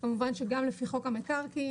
כמובן שגם לפי חוק המקרקעין,